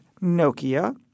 Nokia